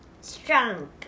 Strong